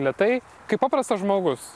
lėtai kaip paprastas žmogus